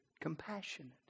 Compassionate